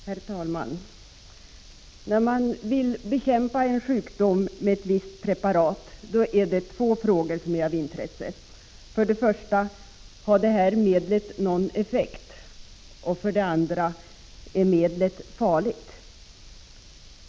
Herr talman! När man vill bekämpa en sjukdom med ett visst preparat är det två frågor som är av intresse. För det första: Har det här medlet någon effekt? För det andra: Är medlet farligt?